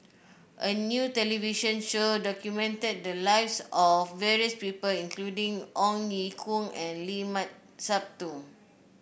a new television show documented the lives of various people including Ong Ye Kung and Limat Sabtu